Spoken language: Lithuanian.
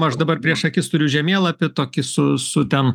aš dabar prieš akis turiu žemėlapį tokį su su ten